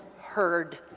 heard